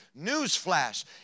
Newsflash